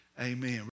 amen